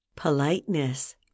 Politeness